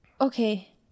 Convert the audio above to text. okay